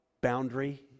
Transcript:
boundary